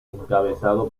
encabezado